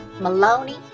Maloney